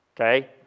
Okay